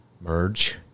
merge